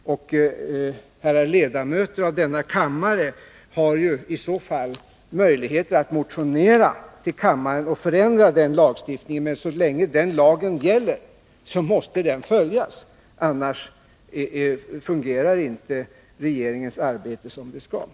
Herrar ledamöter av denna kammare har ju möjligheter att motionera till kammaren och förändra den lagstiftningen. Men så länge den gäller måste den följas, annars fungerar inte regeringens arbete som det skall.